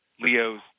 Leo's